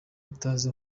utazi